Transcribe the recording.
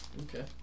Okay